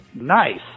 Nice